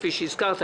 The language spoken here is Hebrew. כפי שהזכרת,